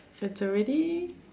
there's already